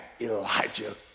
Elijah